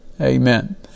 Amen